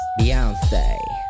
Beyonce